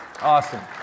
awesome